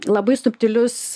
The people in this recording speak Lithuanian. labai subtilius